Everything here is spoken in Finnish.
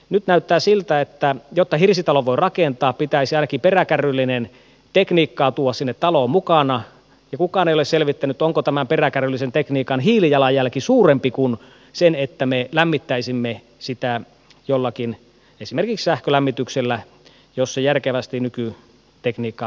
nyt näyttää siltä että jotta hirsitalon voi rakentaa pitäisi ainakin peräkärryllinen tekniikkaa tuoda sinne taloon mukana ja kukaan ei ole selvittänyt onko tämän peräkärryllisen tekniikan hiilijalanjälki suurempi kuin sen että me lämmittäisimme taloa esimerkiksi sähkölämmityksellä jos se järkevästi nykytekniikkaa hyödyntäen tehdään